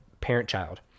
parent-child